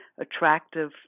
attractive